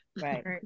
Right